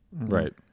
Right